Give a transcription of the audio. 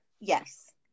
Yes